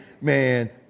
man